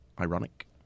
ironic